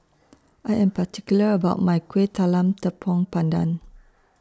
I Am particular about My Kueh Talam Tepong Pandan